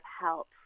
help